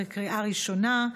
בקריאה ראשונה.